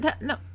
no